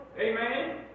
Amen